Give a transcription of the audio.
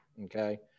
okay